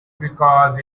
because